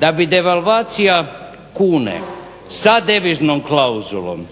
da bi devalvacija kune sa deviznom klauzulom